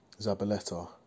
Zabaleta